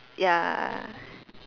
ya